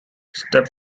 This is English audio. step